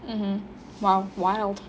mmhmm !wow! wild